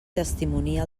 testimonia